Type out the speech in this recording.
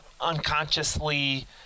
unconsciously